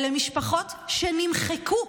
אלה משפחות שנמחקו.